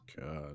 God